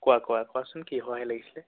কোৱা কোৱা কোৱাচোন কি সহায় লাগিছিলে